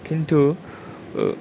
खिन्थु